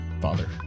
father